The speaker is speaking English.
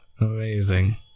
Amazing